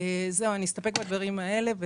אסתפק בדברים האלה.